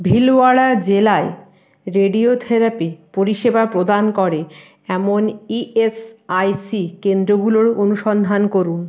ভিলওয়াড়া জেলায় রেডিওথেরাপি পরিষেবা প্রদান করে এমন ইএসআইসি কেন্দ্রগুলোর অনুসন্ধান করুন